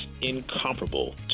incomparable